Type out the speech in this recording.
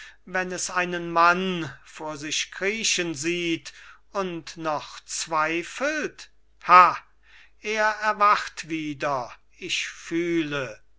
wenn es einen mann vor sich kriechen sieht und noch zweifelt ha er erwacht wieder ich fühle